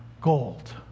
gold